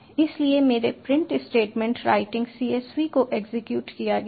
इसलिए मेरे print statement writing csv को एग्जीक्यूट किया गया है